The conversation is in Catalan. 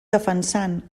defensant